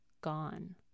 gone